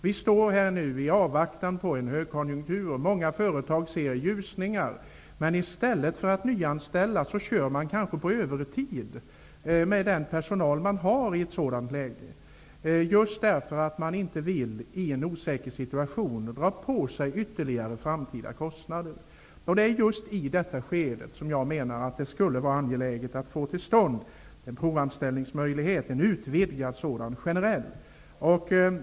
Vi står här i avvaktan på en högkonjunktur. Många företag ser ljusningar. Men i stället för att nyanställa låter man i ett sådant läge den personal man har arbeta övertid just därför att man inte i en osäker situation vill dra på sig ytterligare framtida kostnader. Det är just i detta skede som jag menar att det skulle vara angeläget att få till stånd en utvidgad generell provanställningsmöjlighet.